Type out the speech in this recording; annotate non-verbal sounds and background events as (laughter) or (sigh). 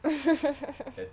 (laughs)